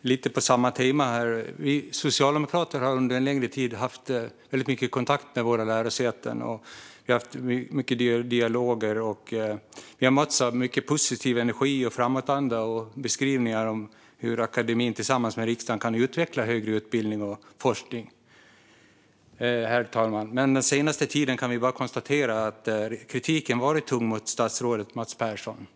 lite på samma tema här. Vi socialdemokrater har under en längre tid haft väldigt mycket kontakt med våra lärosäten. Vi har haft mycket dialoger. Vi har matchat mycket positiv energi och framåtanda med beskrivningar om hur akademin tillsammans med riksdagen kan utveckla högre utbildning och forskning. Den senaste tiden kan vi dock konstatera att kritiken har varit tung mot statsrådet Mats Persson.